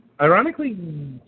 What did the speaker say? Ironically